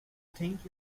think